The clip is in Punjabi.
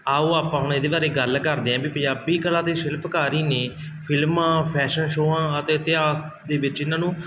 ਆਓ ਆਪਾਂ ਹੁਣ ਇਹਦੇ ਬਾਰੇ ਗੱਲ ਕਰਦੇ ਹਾਂ ਵੀ ਪੰਜਾਬੀ ਕਲਾ ਅਤੇ ਸ਼ਿਲਪਕਾਰੀ ਨੇ ਫਿਲਮਾਂ ਫੈਸ਼ਨ ਸ਼ੋਆਂ ਅਤੇ ਇਤਿਹਾਸ ਦੇ ਵਿੱਚ ਇਹਨਾਂ ਨੂੰ